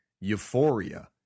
euphoria